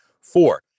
Four